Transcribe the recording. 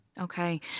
Okay